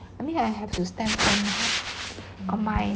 I mean I have to stand firm mah on my